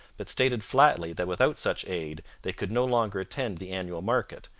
but stated flatly that without such aid they could no longer attend the annual market,